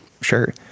Sure